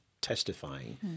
testifying